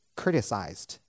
criticized